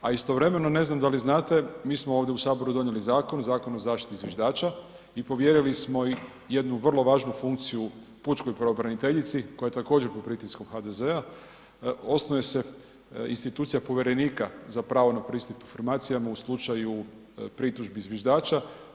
A istovremeno ne znam da li znate, mi smo ovdje u Sabor donijeli zakon, Zakon o zaštiti zviždača i povjerili smo im vrlo važnu funkciju pučkoj pravobraniteljici koja je također pod pritiskom HDZ-a osnuje se institucija povjerenika za pravo na pristup informacijama u slučaju pritužbi zviždača.